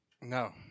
No